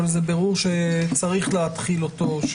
אבל זה ברור שצריך להתחיל אותו.